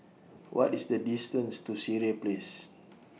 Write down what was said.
What IS The distance to Sireh Place